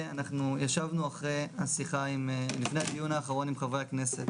ישבנו לפני הדיון האחרון עם חברי הכנסת,